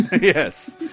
Yes